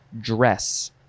dress